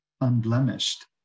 unblemished